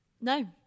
No